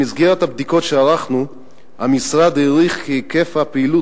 במסגרת הבדיקות שערכנו המשרד העריך כי היקף הפעילות